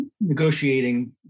negotiating